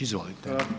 Izvolite.